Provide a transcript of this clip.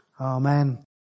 Amen